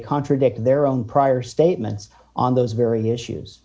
contradict their own prior statements on those very issues